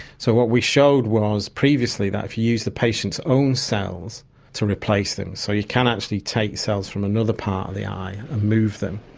so what we showed was previously that if you use the patient's own cells to replace them, so you can actually take cells from another part of the eye and move them,